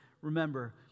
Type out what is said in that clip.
Remember